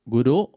Guru